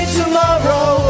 tomorrow